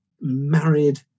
married